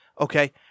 Okay